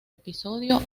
episodio